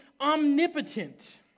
omnipotent